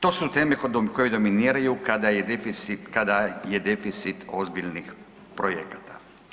To su teme koje dominiraju kada je deficit ozbiljnih projekata.